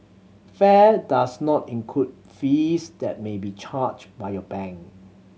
fare does not include fees that may be charged by your bank